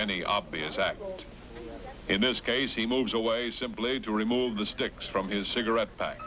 act in this case he moves away simply to remove the sticks from his cigarette pack